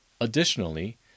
Additionally